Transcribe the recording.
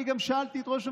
אני גם שאלתי את ראש הממשלה,